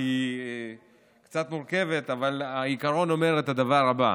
כי היא קצת מורכבת, אבל העיקרון אומר את הדבר הבא: